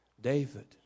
David